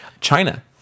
china